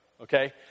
okay